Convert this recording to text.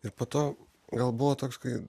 ir po to gal buvo toks kai